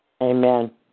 Amen